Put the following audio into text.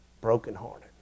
brokenhearted